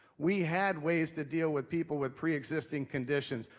we had ways to deal with people with pre-existing conditions,